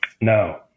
no